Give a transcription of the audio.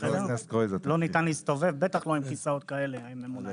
לא ניתן להסתובב; בטח שלא עם כסאות ממונעים.